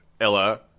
Ella